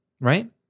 right